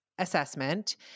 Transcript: assessment